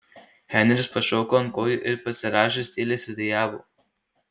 henris pašoko ant kojų ir pasirąžęs tyliai sudejavo